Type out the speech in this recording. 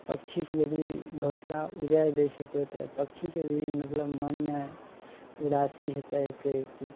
पक्षीके यदि घोसला उजारि दै छै कोइ तऽ पक्षीके भी मतलब मनमे उदासी हेतय हेतय की